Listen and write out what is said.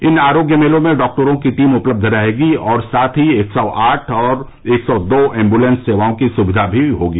इन आरोग्य मेलों में डॉक्टरों की टीम उपलब्ध रहेगी और साथ ही एक सौ आठ और एक सौ दो एम्बलेंस सेवाओं की भी सुविधा होगी